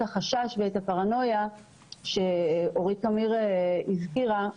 החשש ואת הפרנויה שאורית קמיר הזכירה: